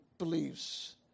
Beliefs